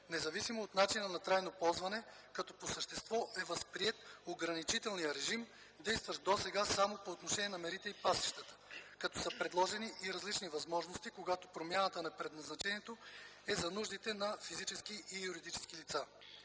независимо от начина на трайно ползване, като по същество е възприет ограничителният режим, действащ досега само по отношение на мерите и пасищата, като са предложени различни възможности, когато промяната на предназначението е за нуждите на физически и юридически лица.